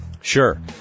Sure